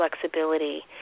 flexibility